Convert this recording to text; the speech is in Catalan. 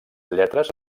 lletres